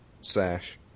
sash